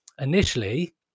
initially